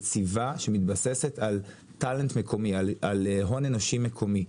יציבה שמתבססת על הון אנושי מקומי.